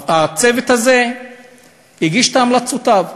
הצוות הזה הגיש את המלצותיו.